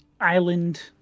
island